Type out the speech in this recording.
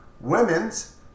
Women's